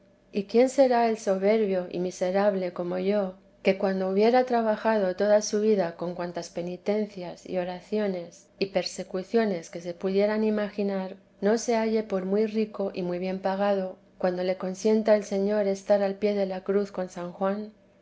y quién será el soberbio y miserable como yo que cuando hubiera trabajado toda su vida con cuantas penitencias y oraciones y persecuciones se pudieran imaginar no se halle por muy rico y muy bien pagado cuando le consienta el señor estar al pie de la cruz con san juan